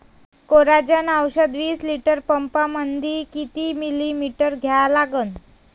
Coragen औषध विस litre पंपामंदी किती मिलीमिटर घ्या लागन?